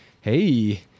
Hey